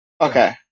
Okay